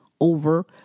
over